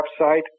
website